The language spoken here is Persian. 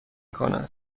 کند